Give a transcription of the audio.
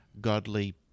godly